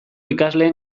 ikasleen